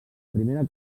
primera